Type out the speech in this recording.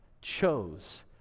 chose